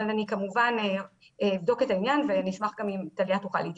אבל אני כמובן אבדוק את העניין ואני אשמח גם אם טליה תוכל להתייחס.